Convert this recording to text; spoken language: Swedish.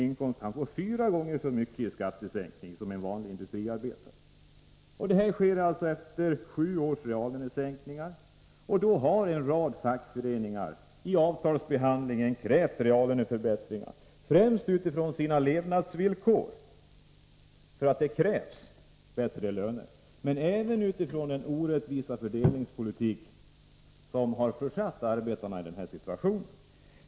i inkomst får fyra gånger så mycket i skattesänkning som en vanlig industriarbetare. Detta sker efter sju års reallönesänkningar. Då har en rad fackföreningar i samband med avtalsbehandlingen krävt reallöneförbättringar främst med hänsyn till arbetarnas levnadsvillkor, som nödvändiggör bättre löner, men även med tanke på den orättvisa fördelningspolitik som har försatt arbetarna i den här situationen.